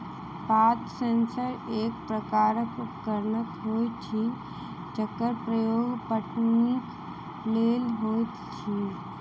पात सेंसर एक प्रकारक उपकरण होइत अछि जकर प्रयोग पटौनीक लेल होइत अछि